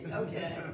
okay